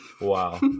wow